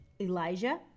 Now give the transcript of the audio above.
Elijah